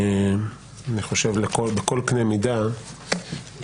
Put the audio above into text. אני חושב בכל קנה מידה,